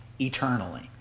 eternally